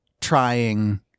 trying